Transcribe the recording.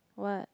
what